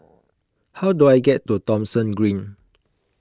how do I get to Thomson Green